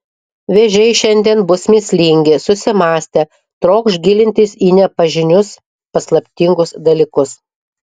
vėžiai šiandien bus mįslingi susimąstę trokš gilintis į nepažinius paslaptingus dalykus